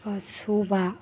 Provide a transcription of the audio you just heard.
ꯁꯨꯕ